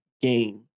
game